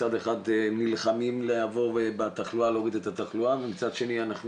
מצד אחד נלחמים להוריד את התחלואה ומצד שני אנחנו